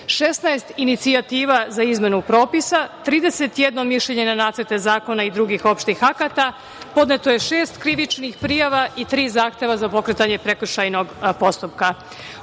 16 inicijativa za izmenu propisa, 31 mišljenje na nacrte zakona i drugih opštih akata. Podneto je šest krivičnih prijava i tri zahteva za pokretanje prekršajnog postupka.U